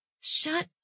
shut